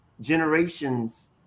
generations